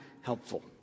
helpful